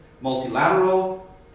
Multilateral